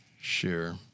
Share